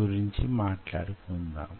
ఉపకరించే పూత కూడా పూయాలి